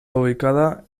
ubicada